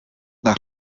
nach